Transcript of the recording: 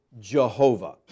Jehovah